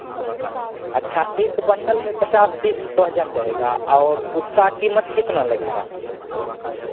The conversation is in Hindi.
अच्छा एक बंडल में पचास पीस सोहजन रहेगा और उसका कीमत कितना लगेगा